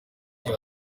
iyo